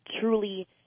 truly